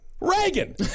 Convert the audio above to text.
Reagan